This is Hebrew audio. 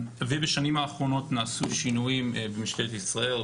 בשנים האחרונות נעשו שינויים במשטרת ישראל,